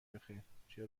بخیر، چه